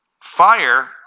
Fire